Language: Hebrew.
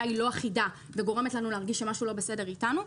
אינה אחידה וגורמת לנו להרגיש שמשהו לא בסדר אתנו,